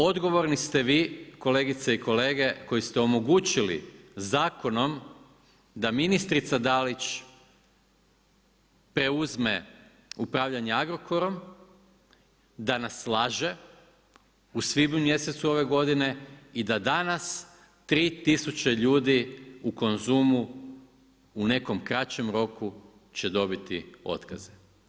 Odgovorni ste vi kolegice i kolege koji ste omogućili zakonom da ministrica Dalić preuzme upravljanje Agrokorom, da nas slaže u svibnju mjesecu ove godine i da danas tri tisuće ljudi u Konzumu u nekom kraćem roku će dobiti otkaze.